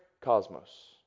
cosmos